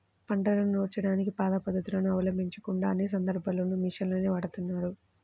పంటను నూర్చడానికి పాత పద్ధతులను అవలంబించకుండా అన్ని సందర్భాల్లోనూ మిషన్లనే వాడుతున్నారు